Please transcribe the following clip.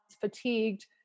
fatigued